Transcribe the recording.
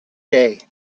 day